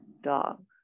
dog